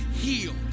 healed